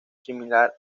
similar